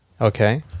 Okay